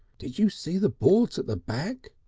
did you see the boards at the back?